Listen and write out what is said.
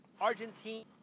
Argentina